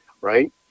Right